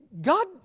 God